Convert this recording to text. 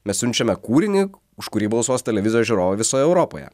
mes siunčiame kūrinį už kurį balsuos televizijos žiūrovai visoje europoje